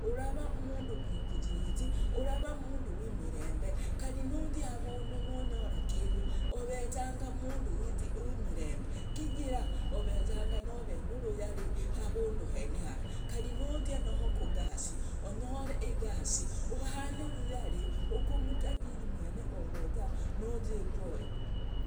Uravu umundu mwikaziizi uvara mundu wimirembe kari nuzia havundu nonyorakindu ovezanga mundu wimirenambe kijira ovezanga nove nuruyari havundu henehara karinuzia nohokugasi, onyore igasi uhane uruyari kumtajiri mwene ooveza nuzyiku oyo